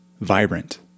Vibrant